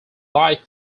life